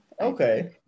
Okay